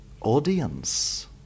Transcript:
audience